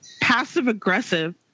passive-aggressive